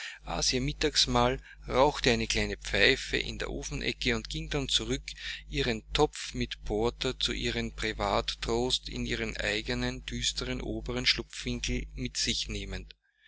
ihr mittagsmahl rauchte eine kleine pfeife in der ofenecke und ging dann zurück ihren topf mit porter zu ihrem privat trost in ihren eigenen düsteren oberen schlupfwinkel mit sich nehmend